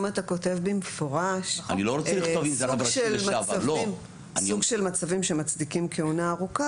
אם אתה כותב במפורש סוג של מצבים שמצדיקים כהונה ארוכה,